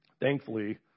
Thankfully